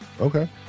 Okay